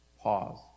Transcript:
pause